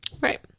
Right